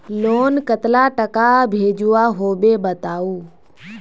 Loan कतला टाका भेजुआ होबे बताउ?